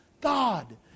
God